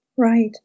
Right